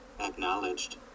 Acknowledged